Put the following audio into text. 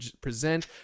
present